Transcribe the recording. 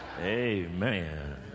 Amen